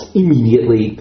immediately